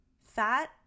Fat